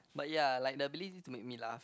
but ya like the ability to make me laugh